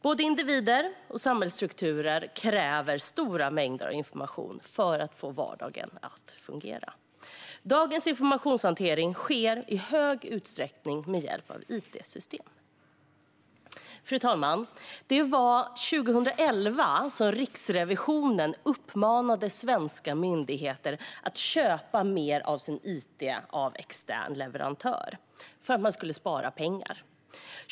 Både individer och samhällsstrukturer kräver stora mängder information för att vardagen ska fungera. Dagens informationshantering sker i stor utsträckning med hjälp av it-system. Fru talman! Det var 2011 som Riksrevisionen uppmanande svenska myndigheter att köpa mer av sin it av extern leverantör för att man skulle spara pengar.